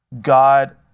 God